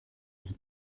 inzu